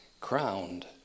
crowned